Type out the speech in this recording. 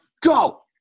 Go